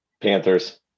Panthers